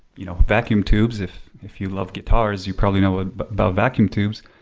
you know, vacuum tubes. if if you love guitars, you probably know ah but about vacuum tubes.